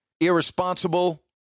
irresponsible